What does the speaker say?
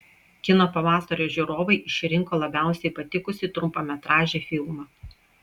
kino pavasario žiūrovai išrinko labiausiai patikusį trumpametražį filmą